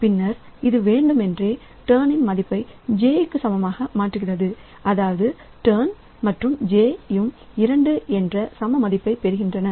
பின்னர் அது வேண்டுமென்றே டர்ன் மதிப்பை j க்கு சமமாக மாறுகிறது அதாவது டர்ன் மற்றும் jயும் 2 என்ற செம மதிப்பை பெறுகின்றன